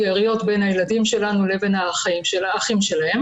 עריות בין הילדים שלנו לבין האחים שלהם